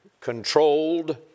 controlled